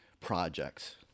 projects